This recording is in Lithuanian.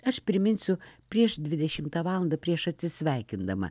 aš priminsiu prieš dvidešimtą valandą prieš atsisveikindama